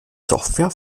software